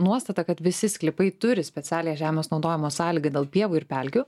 nuostata kad visi sklypai turi specialiąją žemės naudojimo sąlygą dėl pievų ir pelkių